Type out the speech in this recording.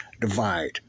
divide